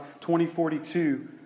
2042